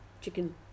chicken